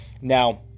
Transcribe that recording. Now